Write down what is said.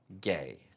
Gay